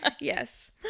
Yes